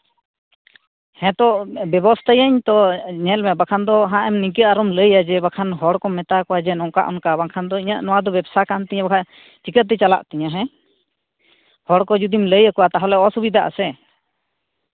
ᱦᱮᱸᱛᱚ ᱵᱮᱵᱚᱥᱛᱷᱟᱭᱟᱹᱧ ᱛᱚ ᱧᱮᱞᱢᱮ ᱵᱟᱠᱷᱟᱱ ᱫᱚ ᱦᱟᱸᱜ ᱮᱢ ᱱᱤᱝᱠᱟᱹ ᱟᱨᱚᱢ ᱞᱟᱹᱭᱟ ᱡᱮ ᱵᱟᱠᱷᱟᱱ ᱦᱚᱲ ᱠᱚᱢ ᱢᱮᱛᱟ ᱠᱚᱣᱟ ᱡᱮ ᱱᱚᱝᱠᱟ ᱚᱱᱠᱟ ᱵᱟᱝᱠᱷᱟᱱ ᱫᱚ ᱤᱧᱟᱹᱜ ᱱᱚᱣᱟ ᱫᱚ ᱵᱮᱵᱥᱟ ᱠᱟᱱ ᱛᱤᱧᱟ ᱵᱟᱠᱷᱟᱡ ᱪᱤᱠᱟᱹᱛᱮ ᱪᱟᱞᱟᱜ ᱛᱤᱧᱟᱹ ᱦᱮᱸ ᱦᱚᱲ ᱠᱚ ᱡᱩᱫᱤᱢ ᱞᱟᱹᱭ ᱟᱠᱚᱣᱟ ᱛᱟᱦᱚᱞᱮ ᱚᱥᱩᱵᱤᱫᱷᱟᱜ ᱟᱥᱮ